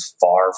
far